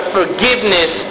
forgiveness